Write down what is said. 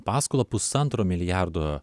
paskolą pusantro milijardo